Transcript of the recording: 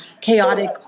chaotic